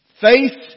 Faith